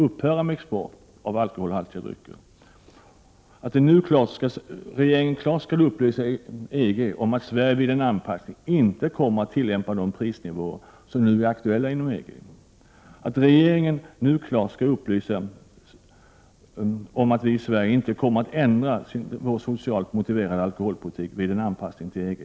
upphöra med export av alkoholhaltiga drycker, att regeringen nu klart skall upplysa EG om att Sverige vid en anpassning inte kommer att tillämpa de prisnivåer som nu är aktuella inom EG och att regeringen nu klart skall upplysa EG om att Sverige inte kommer att ändra sin socialt motiverade alkoholpolitik vid en anpassning till EG.